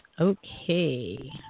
Okay